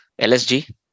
LSG